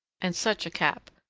and such a cap!